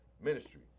ministry